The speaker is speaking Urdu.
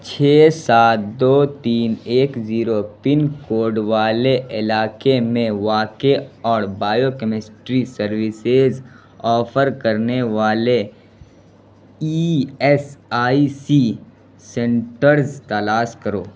چھ سات دو تین ایک زیرو پن کوڈ والے علاقے میں واقع اور بائیو کمیسٹری سروسیز آفر کرنے والے E S I C centres تلاش کرو